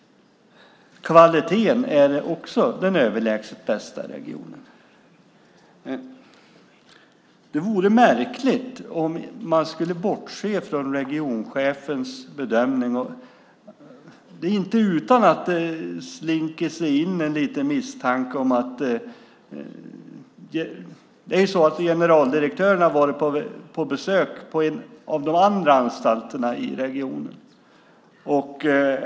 Kvaliteten är också den överlägset bästa i regionen. Det vore märkligt om man skulle bortse från regionchefens bedömning. Det inte utan att det slinker in en liten misstanke. Generaldirektören har varit på besök på en av de andra anstalterna i regionen.